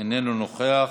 איננו נוכח.